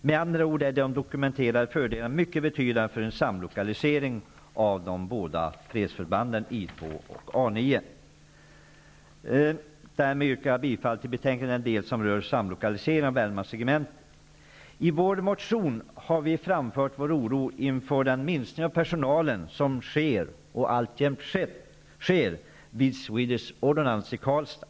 Med andra ord är de dokumenterade fördelarna av en samlokalisering av de båda fredsförbanden I 2 och A 9 mycket betydande. Jag yrkar härmed bifall till utskottets hemställan i den del som avser samlokalisering av Värmlands regemente. Vi har i vår motion framfört vår oro inför den minskning av personalen som skett och alltjämt sker vid Swedish Ordnance i Karlstad.